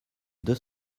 deux